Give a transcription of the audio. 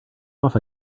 off